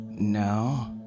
No